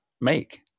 make